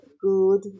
good